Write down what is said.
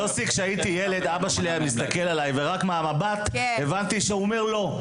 יוסי כשהייתי ילד אבא שלי היה מסתכל עליי ורק מהמבט הבנתי שהוא אומר לא.